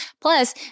Plus